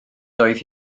doedd